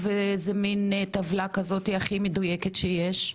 איזה מין טבלה כזאתי הכי מדויקת שיש,